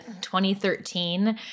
2013